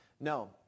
No